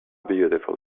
beautiful